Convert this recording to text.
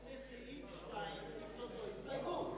בסעיף 2 זאת ההסתייגות.